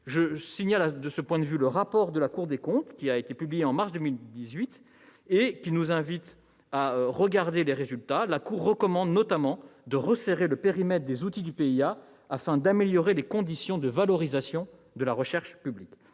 j'appelle votre attention sur le rapport de la Cour des comptes publié en mars 2018, qui nous invite à regarder les résultats de ce plan. La Cour recommande notamment de « resserrer le périmètre des outils du PIA » pour « améliorer les conditions de valorisation de la recherche publique.